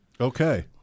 okay